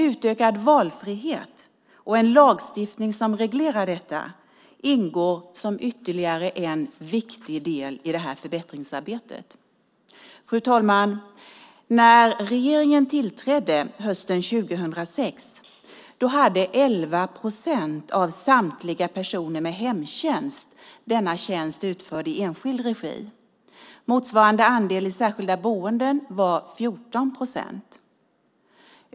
Utökad valfrihet och en lagstiftning som reglerar detta ingår som ytterligare en viktig del i detta förbättringsarbete. Fru talman! När regeringen tillträdde hösten 2006 hade 11 procent av samtliga personer med hemtjänst denna tjänst utförd i enskild regi. Motsvarande andel i särskilda boenden var 14 procent.